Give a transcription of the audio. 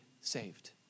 saved